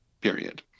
period